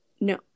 No